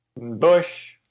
Bush